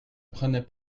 prenais